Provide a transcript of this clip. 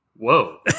Whoa